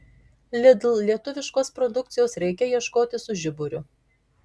lidl lietuviškos produkcijos reikia ieškoti su žiburiu